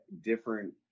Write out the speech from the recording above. different